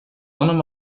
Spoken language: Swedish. honom